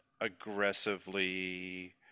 aggressively